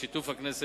בשיתוף הכנסת,